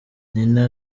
nina